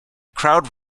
crowd